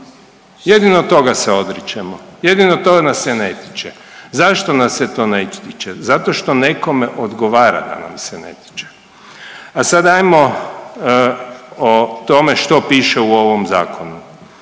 Jedino toga se odričemo, jedino to nas se ne tiče. Zašto nas se to ne tiče? Zato što nekome odgovara da nas se ne tiče. A sad ajmo o tome što piše u ovom zakonu.